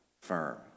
firm